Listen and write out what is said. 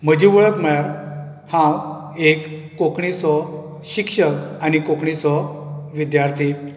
म्हजी वळख म्हळ्यार हांव एक कोंकणीचो शिक्षक आनी कोंकणीचो विद्यार्थी